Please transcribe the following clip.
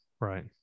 right